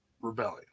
rebellion